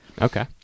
Okay